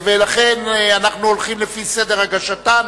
לכן אנחנו הולכים לפי סדר הגשתם,